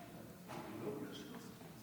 קבוצת סיעת ש"ס